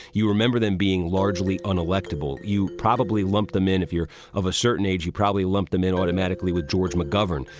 you remember them being largely unelectable. you probably lumped them in. if you're of a certain age, you probably lumped them in automatically with george mcgovern,